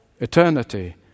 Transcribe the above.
eternity